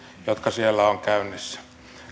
jotka siellä ovat käynnissä